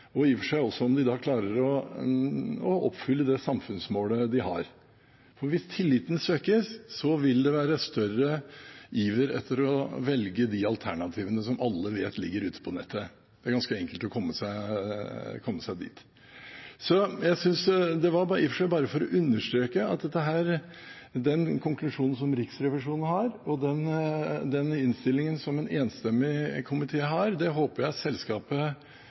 og i og for seg også om de klarer å oppfylle det samfunnsmålet de har. For hvis tilliten svekkes, vil det være større iver etter å velge de alternativene som alle vet ligger ute på nettet. Det er ganske enkelt å komme seg dit. Så jeg ville bare understreke at den konklusjonen som Riksrevisjonen har, og den innstillingen som en enstemmig komité har, det håper jeg selskapet